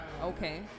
Okay